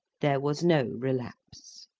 there was no relapse.